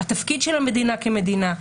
התפקיד של המדינה כמדינה.